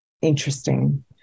interesting